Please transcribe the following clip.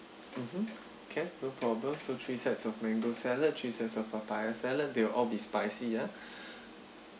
mmhmm okay no problem so three sets of mango salad three sets of papaya salad they will all be spicy yeah